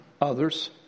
others